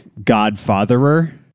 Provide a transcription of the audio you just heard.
Godfatherer